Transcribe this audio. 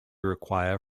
require